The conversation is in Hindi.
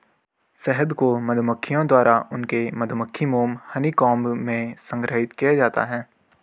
शहद को मधुमक्खियों द्वारा उनके मधुमक्खी मोम हनीकॉम्ब में संग्रहीत किया जाता है